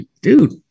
dude